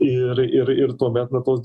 ir ir ir tuomet na tos